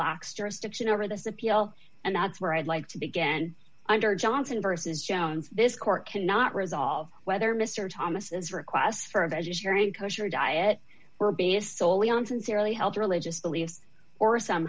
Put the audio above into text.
lacks jurisdiction over this appeal and that's where i'd like to begin under johnson versus jones this court cannot resolve whether mr thomas is request for a vegetarian kosher diet based solely on sincerely held religious beliefs or some